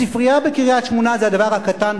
הספרייה בקריית-שמונה זה "הדבר הקטן",